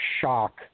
shock